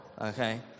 okay